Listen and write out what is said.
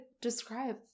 describe